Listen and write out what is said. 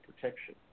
protection